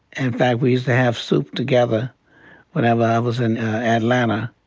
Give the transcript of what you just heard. and fact we used to have soup together whenever i was in atlanta.